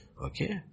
Okay